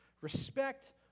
respect